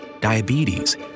diabetes